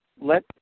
let